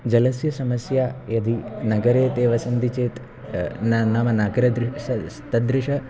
जलस्य समस्या यदि नगरे ते वसन्ति चेत् तादृश